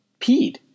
peed